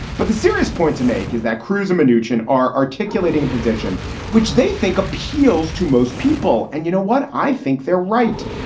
but the serious point to make is that cruz manoogian are articulating a position which they think appeals to most people. and you know what? i think they're right.